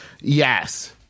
Yes